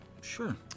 sure